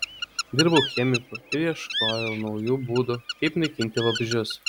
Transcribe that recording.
dirbau chemiku ir ieškojau naujų būdų kaip naikinti vabzdžius